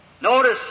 Notice